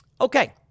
Okay